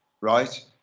right